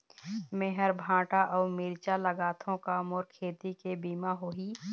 मेहर भांटा अऊ मिरचा लगाथो का मोर खेती के बीमा होही?